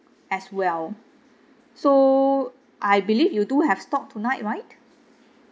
as well so I believe you do have stock tonight right